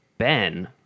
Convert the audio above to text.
Ben